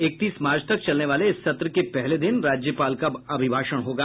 इकतीस मार्च तक चलने वाले इस सत्र के पहले दिन राज्यपाल का अभिभाषण होगा